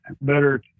better